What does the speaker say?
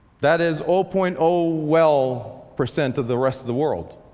that is oh point oh well percent of the rest of the world.